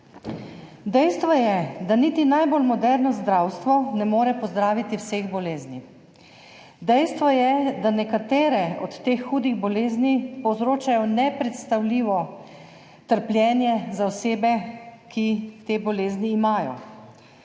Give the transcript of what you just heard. Dejstvo je, da niti najbolj moderno zdravstvo ne more pozdraviti vseh bolezni. Dejstvo je, da nekatere od teh hudih bolezni povzročajo nepredstavljivo trpljenje za osebe, ki te bolezni imajo.